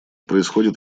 происходит